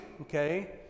okay